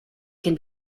can